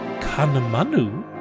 kanamanu